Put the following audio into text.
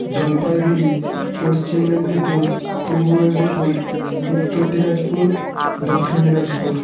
Jalpaiguri Paschim Medinipur Purba Medinipur Uttar Dinajpur Dakshin Dinajpur